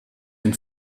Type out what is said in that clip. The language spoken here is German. den